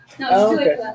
Okay